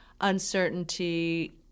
uncertainty